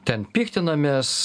ten piktinamės